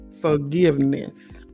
forgiveness